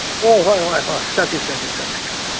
ꯍꯣꯏ ꯍꯣꯏ ꯍꯣꯏ ꯆꯠꯁꯤ ꯆꯠꯁꯤ ꯆꯠꯁꯤ